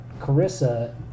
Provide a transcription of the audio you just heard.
Carissa